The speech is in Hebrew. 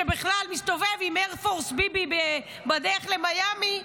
שבכלל מסתובב עם "איי-פורס ביבי" בדרך למיאמי,